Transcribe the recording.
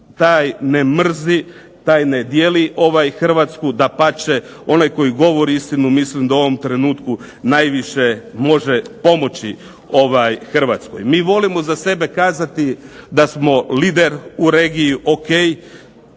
taj ne mrzi, taj ne dijeli Hrvatsku. Dapače, onaj koji govori istinu mislim da u ovom trenutku najviše može pomoći Hrvatskoj. Mi volimo za sebe kazati da smo lider u regiji. O.k.